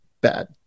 bad